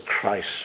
Christ